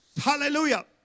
Hallelujah